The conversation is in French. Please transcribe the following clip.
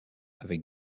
avec